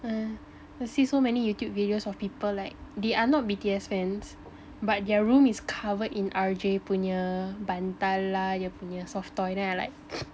mm I see so many Youtube videos of people like they are not B_T_S fans but their room is covered in R_J punya bantal</malay lah dia punya soft toy then I like